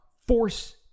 force